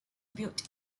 built